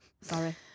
Sorry